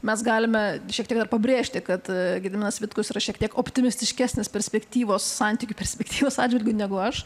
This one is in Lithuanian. mes galime šiek tiek ir pabrėžti kad gediminas vitkus yra šiek tiek optimistiškesnis perspektyvos santykių perspektyvos atžvilgiu negu aš